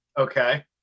Okay